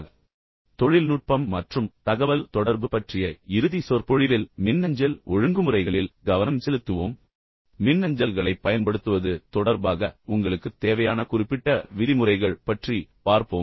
இப்போது இந்த சொற்பொழிவில் தொழில்நுட்பம் மற்றும் தகவல் தொடர்பு பற்றிய இறுதி சொற்பொழிவில் மின்னஞ்சல் ஒழுங்குமுறைகளில் கவனம் செலுத்துவோம் மின்னஞ்சல்களைப் பயன்படுத்துவது தொடர்பாக உங்களுக்குத் தேவையான குறிப்பிட்ட விதிமுறைகள் பற்றி பார்ப்போம்